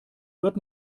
wird